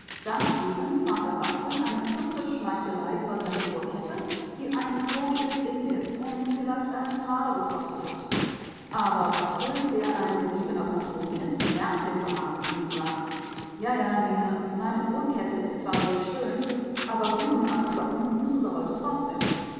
sagt eben vater barthel eine plumpe schmeichelei über seine uhrkette die ein klobiges ding ist und vielleicht einen taler gekostet hat aber barthel der ein geriebener patron ist merkt den braten und sagt ja ja lene meine uhrkette is zwar sehr schön aber rüben abkloppen müssen sie heute